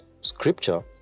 scripture